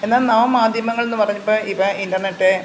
എന്നാൽ നവ മാധ്യമങ്ങൾ എന്ന് പറയുമ്പം ഇപ്പം ഇൻ്റർനെറ്റ്